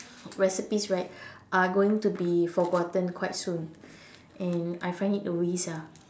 recipes right are going to be forgotten quite soon and I find it a waste ah